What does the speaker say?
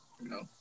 No